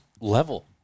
level